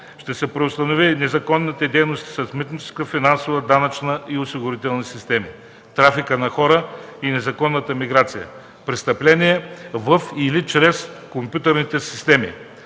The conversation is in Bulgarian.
ще се преустанови незаконната дейност на митническа, финансова, данъчна и осигурителна системи; трафикът на хора и незаконната миграция; престъпления във или чрез компютърните системи;